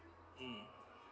mm